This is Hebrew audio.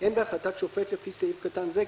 אין בהחלטת שופט לפי סעיף קטן זה,